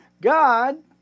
God